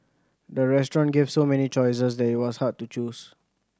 the restaurant gave so many choices that it was hard to choose